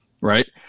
right